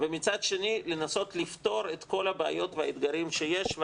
ומצד שני לנסות לפתור את כל הבעיות והאתגרים שיש,